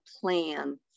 plan